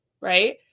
right